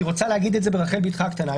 אני רוצה להגיד את זה ברחל בתך הקטנה.